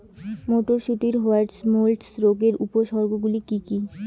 মটরশুটির white mould রোগের উপসর্গগুলি কী কী?